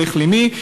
ומי הולך למי,